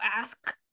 ask